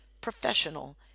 professional